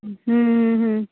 ହୁଁ ହୁଁ